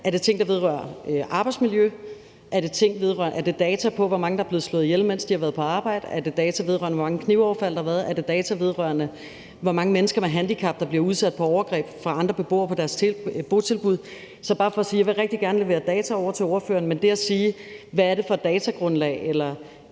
Er det ting, der vedrører arbejdsmiljø? Er det data på, hvor mange der er blevet slået ihjel, mens de har været på arbejde? Er det data vedrørende, hvor mange knivoverfald der har været? Er det data vedrørende, hvor mange mennesker med handicap der bliver udsat for overgreb fra andre beboere på deres botilbud? Så det er bare for at sige, at jeg rigtig gerne vil levere data over til ordføreren, men der vil jeg gerne vide, hvad det er